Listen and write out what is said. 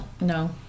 No